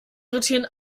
rotieren